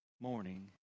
morning